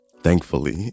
thankfully